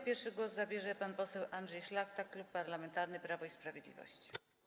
Pierwszy głos zabierze pan poseł Andrzej Szlachta, Klub Parlamentarny Prawo i Sprawiedliwość.